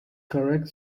correct